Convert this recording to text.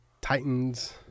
Titans